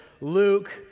Luke